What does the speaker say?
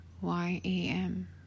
Y-A-M